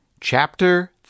Chapter